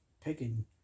picking